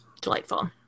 delightful